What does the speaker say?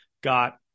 got